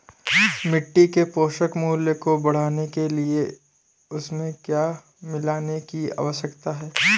मिट्टी के पोषक मूल्य को बढ़ाने के लिए उसमें क्या मिलाने की आवश्यकता है?